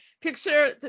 Picture